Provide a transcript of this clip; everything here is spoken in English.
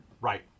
Right